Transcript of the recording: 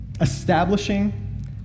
establishing